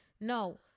No